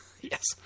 Yes